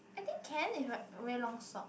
I think can if I wear long sock